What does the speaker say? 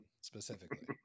specifically